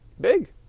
big